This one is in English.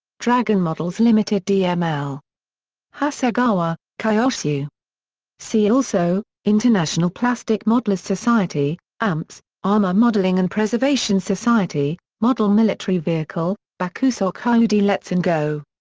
dragon models limited dml. hasegawa kyosho see also international plastic modellers' society amps, armor modeling and preservation society model military vehicle bakusou kyoudai let's and go!